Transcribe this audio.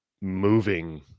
moving